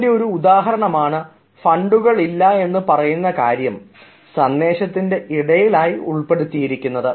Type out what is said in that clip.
അതിൻറെ ഒരു ഉദാഹരണമാണ് ഫണ്ടുകൾ ഇല്ല എന്ന് പറയുന്ന കാര്യം സന്ദേശത്തിൻറെ ഇടയിലായി ഉൾപ്പെടുത്തിയിരിക്കുന്നത്